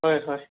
ꯍꯣꯏ ꯍꯣꯏ